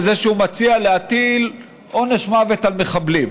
בזה שהוא מציע להטיל עונש מוות על מחבלים.